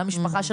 למשפחה שלו,